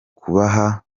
kubaha